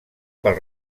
pel